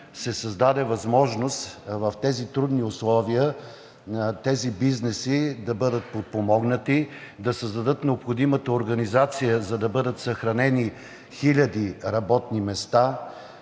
се създаде възможност в тези трудни условия бизнесите да бъдат подпомогнати, да създадат необходимата организация, за да бъдат съхранени хиляди работни места.